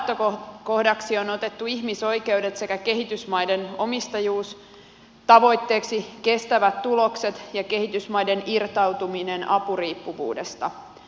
kehityspolitiikan lähtökohdaksi on otettu ihmisoikeudet sekä kehitysmaiden omistajuus tavoitteeksi kestävät tulokset ja kehitysmaiden irtautuminen apuriippuvuudesta